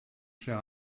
cher